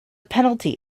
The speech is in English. penalty